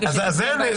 נכון, זה המסר.